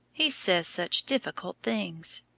he says such difficult things.